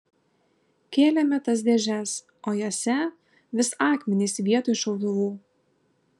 kėlėme tas dėžes o jose vis akmenys vietoj šautuvų